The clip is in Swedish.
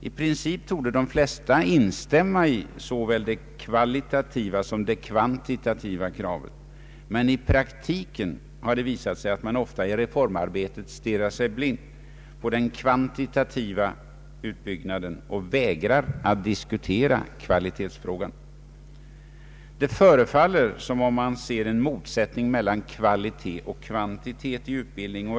I princip torde de flesta instämma i såväl det kvalitativa som det kvantitativa kravet, men i praktiken har det visat sig att man ofta i reformarbetet stirrar sig blind på den kvantitativa utbyggnaden och vägrar att diskutera kvalitetsfrågan. Det förefaller som om man ser en motsättning mellan kvalitet och kvanti tet i utbildningen.